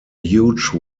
huge